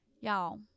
Y'all